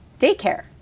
daycare